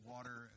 Water